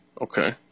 Okay